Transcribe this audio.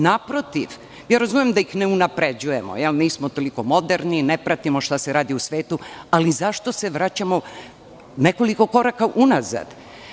Naprotiv, razumem da ih ne unapređujemo, nismo toliko moderni, ne pratimo šta se radi u svetu, ali zašto se vraćamo nekoliko koraka unazad?